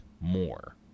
more